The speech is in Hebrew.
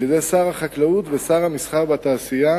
על-ידי שר החקלאות ושר המסחר והתעשייה